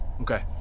Okay